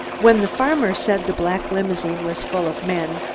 when the farmer said the black limousine was full of men,